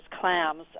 clams